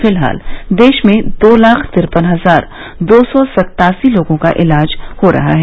फिलहाल देश में दो लाख तिरपन हजार दो सौ सत्तासी लोगों का इलाज हो रहा है